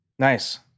Nice